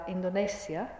Indonesia